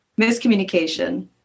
miscommunication